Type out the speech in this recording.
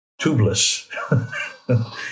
tubeless